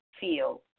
feel